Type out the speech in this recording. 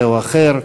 זה או אחר,